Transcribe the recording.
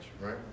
right